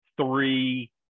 three